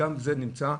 וגם זה נמצא,